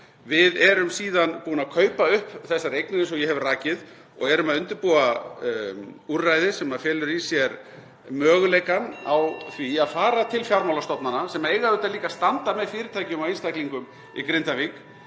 Við erum síðan búin að kaupa upp þessar eignir, eins og ég hef rakið, og erum að undirbúa úrræði sem felur í sér möguleikann á því (Forseti hringir.) að fara til fjármálastofnana sem eiga auðvitað líka að standa með fyrirtækjum og einstaklingum í Grindavík